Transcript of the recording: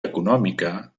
econòmica